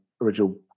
original